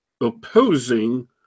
opposing